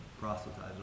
proselytize